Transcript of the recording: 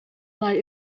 lai